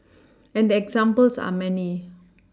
and the examples are many